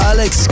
Alex